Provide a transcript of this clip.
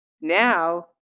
Now